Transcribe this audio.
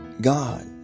God